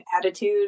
attitude